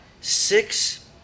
Six